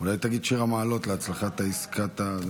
אולי תגיד שיר המעלות להצלחת העסקה?